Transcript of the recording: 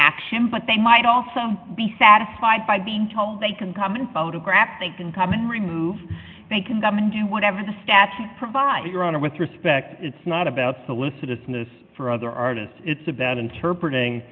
action but they might also be satisfied by being told they can come and photograph they can come and remove they can come and do whatever the statute provides your honor with respect it's not about solicitousness for other artists it's about interpret